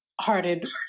hearted